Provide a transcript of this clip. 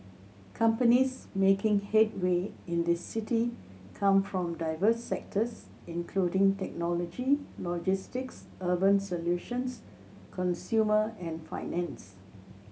companies making headway in this city come from diverse sectors including technology logistics urban solutions consumer and finance